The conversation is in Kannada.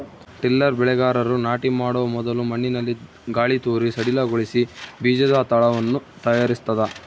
ಟಿಲ್ಲರ್ ಬೆಳೆಗಾರರು ನಾಟಿ ಮಾಡೊ ಮೊದಲು ಮಣ್ಣಿನಲ್ಲಿ ಗಾಳಿತೂರಿ ಸಡಿಲಗೊಳಿಸಿ ಬೀಜದ ತಳವನ್ನು ತಯಾರಿಸ್ತದ